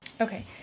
Okay